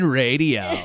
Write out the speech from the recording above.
radio